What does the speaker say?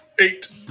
Eight